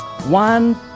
one